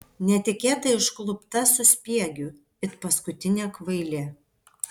netikėtai užklupta suspiegiu it paskutinė kvailė